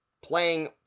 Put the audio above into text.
playing